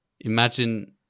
Imagine